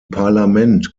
parlament